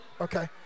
Okay